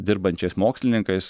dirbančiais mokslininkais